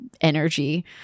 energy